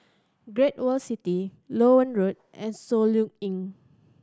Great World City Loewen Road and Soluxe Inn